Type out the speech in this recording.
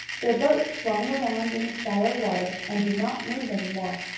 their boat swung around in the shallow water, and did not move any more.